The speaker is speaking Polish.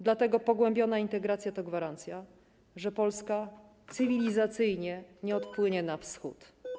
Dlatego pogłębiona integracja to gwarancja, że Polska cywilizacyjnie nie odpłynie na Wschód.